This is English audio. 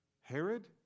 Herod